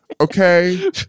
Okay